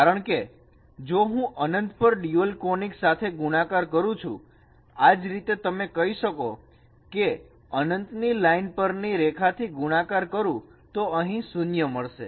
કારણકે જો હું અનંત પર ડ્યુઅલ કોનીક સાથે ગુણાકાર કરું છું આજ રીતે અમે કહી શકીશું કે અનંત ની લાઈન પરની રેખાથી ગુણાકાર કરું તો અહીં 0 મળશે